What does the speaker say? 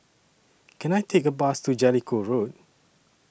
Can I Take A Bus to Jellicoe Road